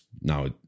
Now